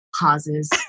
pauses